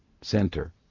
center